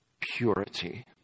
purity